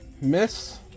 Miss